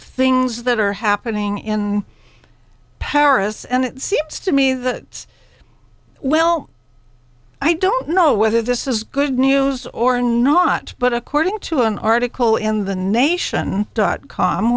things that are happening in paris and it seems to me that well i don't know whether this is good news or not but according to an article in the nation dot com